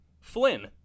Flynn